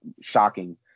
shocking